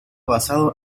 basado